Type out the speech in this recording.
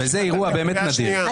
וזה אירוע באמת נדיר...